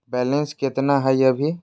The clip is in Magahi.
बैलेंस केतना हय अभी?